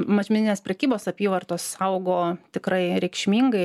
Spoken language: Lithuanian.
mažmeninės prekybos apyvartos augo tikrai reikšmingai